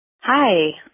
Hi